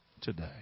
today